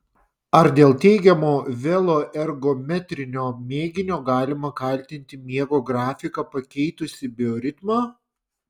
ar dėl teigiamo veloergometrinio mėginio galima kaltinti miego grafiką pakeitusį bioritmą